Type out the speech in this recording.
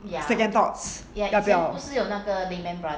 second thought 要不要